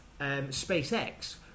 SpaceX